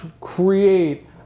create